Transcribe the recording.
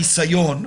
החיסיון,